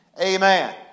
Amen